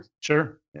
Sure